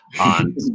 on